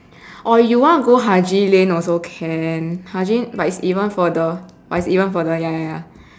or you want go haji lane also can haji but it's even further but it's even further ya ya ya